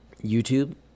YouTube